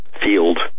field